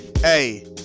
hey